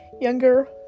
younger